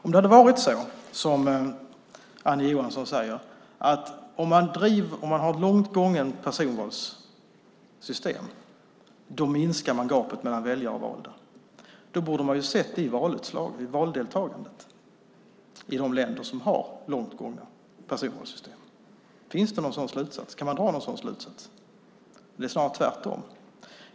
Om det hade varit så som Annie Johansson säger, att om man har ett långt gånget personvalssystem minskar man gapet mellan väljare och valda, borde man ha sett det i valdeltagandet i de länder som har långt gångna personvalssystem. Finns det någon sådan slutsats? Kan man dra någon sådan slutsats? Det är snarare tvärtom.